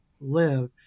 live